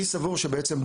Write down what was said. אני סבור שבעצם,